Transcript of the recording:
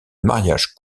mariage